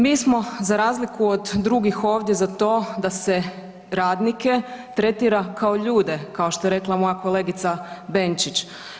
Mi smo za razliku od drugih ovdje za to da se radnike tretira kao ljude, kao što je rekla moja kolegica Benčić.